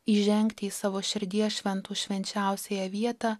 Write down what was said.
įžengti į savo širdies šventų švenčiausiąją vietą